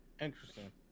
Interesting